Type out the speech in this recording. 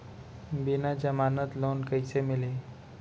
बिना जमानत लोन कइसे मिलही?